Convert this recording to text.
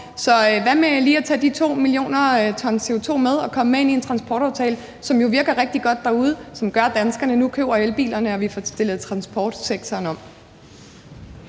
så hvad med lige at tage de 2 mio. t CO2 med og komme med ind i en transportaftale? Den virker jo rigtig godt derude og gør, at danskerne nu køber elbiler, og at vi får omstillet transportsektoren.